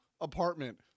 apartment